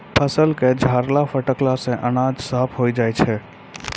फसल क छाड़ला फटकला सें अनाज साफ होय जाय छै